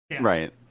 right